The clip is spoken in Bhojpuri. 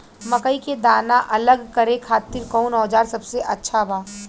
मकई के दाना अलग करे खातिर कौन औज़ार सबसे अच्छा बा?